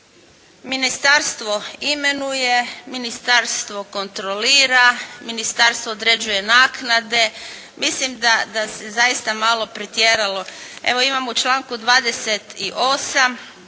Ministarstvo imenuje, ministarstvo kontrolira, ministarstvo određuje naknade, mislim da se zaista malo pretjeralo. Evo imamo u članku 28.